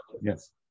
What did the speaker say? Yes